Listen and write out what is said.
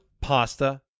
pasta